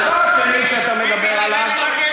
ביבי, תראה מי מגן עליך ואז תבין באיזה צרות אתה.